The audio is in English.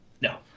No